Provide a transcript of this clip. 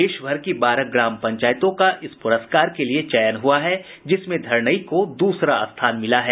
देशभर की बारह ग्राम पंचायतों का इस पुरस्कार के लिए चयन हुआ है जिसमें धरनई को दूसरा स्थान मिला है